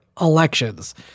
elections